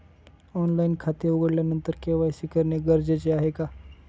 Online खाते उघडल्यानंतर KYC करणे गरजेचे आहे का?